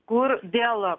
kur dėl